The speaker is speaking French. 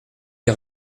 des